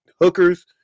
hookers